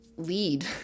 lead